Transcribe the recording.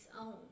own